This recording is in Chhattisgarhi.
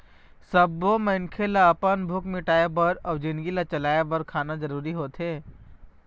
सब्बो मनखे ल अपन भूख मिटाउ बर अउ जिनगी ल बचाए बर खाना जरूरी होथे